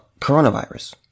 coronavirus